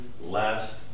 last